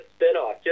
spinoff